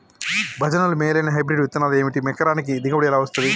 భజనలు మేలైనా హైబ్రిడ్ విత్తనాలు ఏమిటి? ఎకరానికి దిగుబడి ఎలా వస్తది?